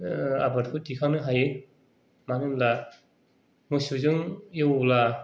आह आबादखौ दिखांनो हायो मानोहोनब्ला मोसौजों एवोब्ला